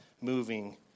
moving